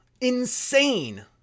Insane